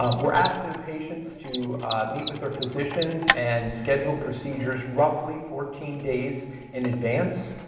um we're asking patients to meet with their physicians and schedule procedures roughly fourteen days in advance.